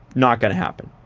not gonna happen.